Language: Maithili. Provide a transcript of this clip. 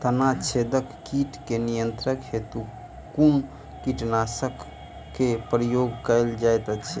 तना छेदक कीट केँ नियंत्रण हेतु कुन कीटनासक केँ प्रयोग कैल जाइत अछि?